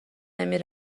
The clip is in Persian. نمی